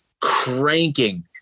cranking